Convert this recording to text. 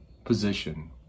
position